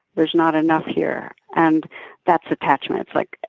there's not enough here, and that's attachment. it's like,